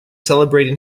celebrating